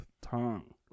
tongue